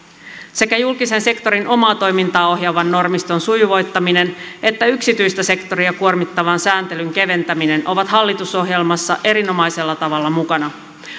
sekä julkisen sektorin omaa toimintaa ohjaavan normiston sujuvoittaminen että yksityistä sektoria kuormittavan sääntelyn keventäminen ovat hallitusohjelmassa erinomaisella tavalla mukana